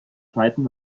zweiten